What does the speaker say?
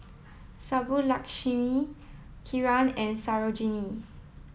Subbulakshmi Kiran and Sarojini